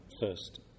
first